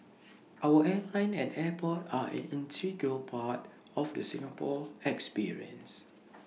our airline and airport are an integral part of the Singapore experience